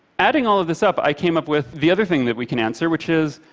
adding all of this up, i came up with the other thing that we can answer, which is,